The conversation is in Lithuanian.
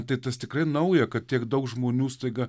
tai tas tikrai nauja kad tiek daug žmonių staiga